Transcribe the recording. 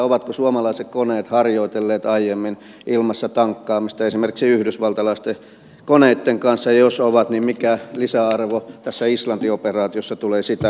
ovatko suomalaiset koneet harjoitelleet aiemmin ilmassa tankkaamista esimerkiksi yhdysvaltalaisten koneitten kanssa ja jos ovat niin mikä lisäarvo tässä islanti operaatiossa tulee sitä kautta